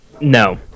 no